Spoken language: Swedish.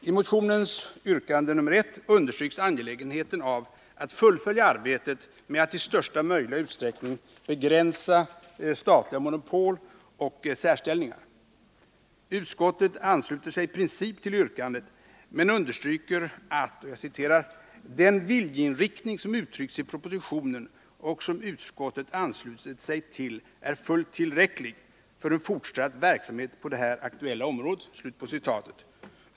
I motionens yrkande nr 1 understryks angelägenheten av att fullfölja arbetet med att i största möjliga utsträckning begränsa statliga monopol och särställningar. Utskottet ansluter sig i princip till yrkandet, men understryker att ”den viljeinriktning som uttryckts i propositionen och som utskottet anslutit sig till är fullt tillräcklig för en fortsatt verksamhet på det här aktuella området”.